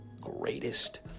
greatest